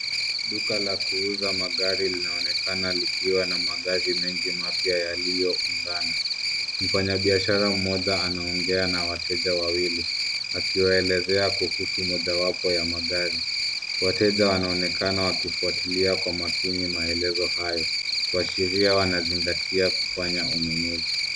Duka la kuuza magari linaonekana likiwa na magari mengi mapya yaliyoungana. Mfanyabiashara mmoja anaongea na wateja wawili akiwaelezea kuhusu mojawapo ya magari. Wateja wanaonekana wakifuatilia kwa makini maelezo hayo kuashiria wanazingatia kufanya ununuzi.